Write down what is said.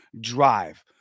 drive